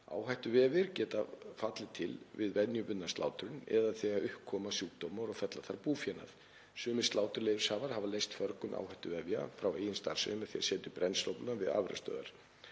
Áhættuvefir geta fallið til við venjubundna slátrun eða þegar upp koma sjúkdómar og fella þarf búfénað. Sumir sláturleyfishafar hafa leyst förgun áhættuvefja frá eigin starfsemi með því að setja upp brennsluofna við afurðastöðvar.